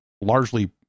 largely